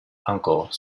uncle